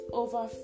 over